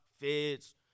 feds